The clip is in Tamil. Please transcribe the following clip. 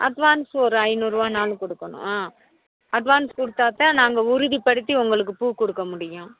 அட்வான்ஸ் ஒரு ஐந்நூறுரூவான்னாலும் கொடுக்கணும் ஆ அட்வான்ஸ் கொடுத்தாதான் நாங்கள் உறுதிபடுத்தி உங்களுக்கு பூ கொடுக்க முடியும்